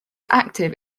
active